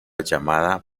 llamada